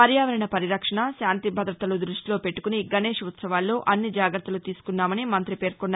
పర్యాపరణ పరిరక్షణ శాంతి భదతలు దృష్టిలో పెట్టుకుని గణేష్ ఉత్సవాల్లో అన్ని జాగ్రత్తలు తీసుకున్నామని మంత్రి పేర్కొన్నారు